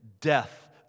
death